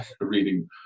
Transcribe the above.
reading